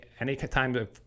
Anytime